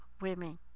women